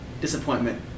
Disappointment